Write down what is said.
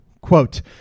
Quote